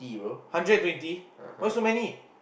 hundred and twenty why so many